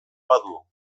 badu